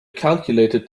calculator